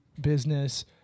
business